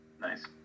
Nice